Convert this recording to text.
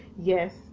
Yes